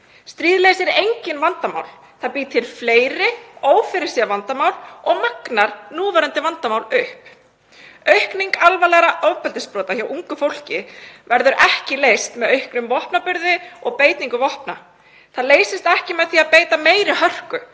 Stríð leysir engin vandamál. Það býr til fleiri ófyrirséð vandamál og magnar núverandi vandamál upp. Aukning alvarlegra ofbeldisbrota hjá ungu fólki verður ekki leyst með auknum vopnaburði og beitingu vopna. Málið leysist ekki með því að beita meiri hörku,